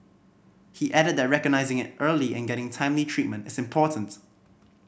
he added that recognising it early and getting timely treatment is important